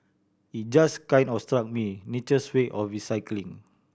it just kind of struck me nature's way of recycling